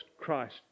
Christ